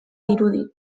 dirudi